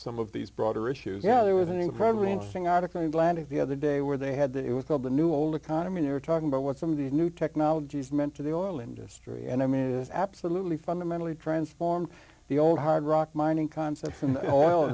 some of these broader issues yeah there was an incredibly interesting article in the land of the other day where they had that it was called the new old economy they're talking about what some of the new technologies meant to the oil industry and i mean it is absolutely fundamentally transformed the old hard rock mining concept and all